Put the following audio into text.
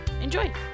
Enjoy